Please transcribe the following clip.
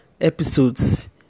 episodes